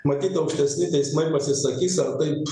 matyt aukštesni teismai pasisakys ar taip